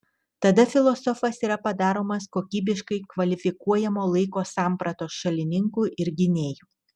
tada filosofas yra padaromas kokybiškai kvalifikuojamo laiko sampratos šalininku ir gynėju